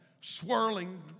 Swirling